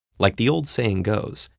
like the old saying goes,